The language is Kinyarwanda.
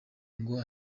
ngo